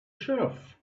sheriff